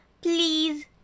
Please